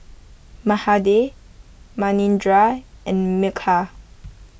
Mahade Manindra and Milkha